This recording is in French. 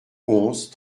onze